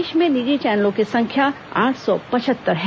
देश में निजी चैनलों की संख्या आठ सौ पचहत्तर है